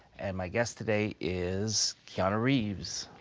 and my guest today is keanu reeves.